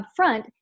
upfront